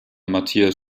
matthias